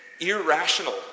Irrational